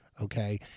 okay